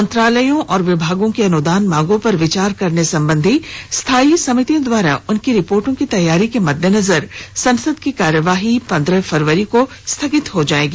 मंत्रालयों और विभागों की अनुदान मांगों पर विचार करने संबंधी स्थायीसमितियों द्वारा उनकी रिर्पोटों की तैयारी के मद्देनजर संसद की कार्यवाई पन्द्रह फरवरीको स्थगित हो जायेगी